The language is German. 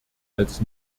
als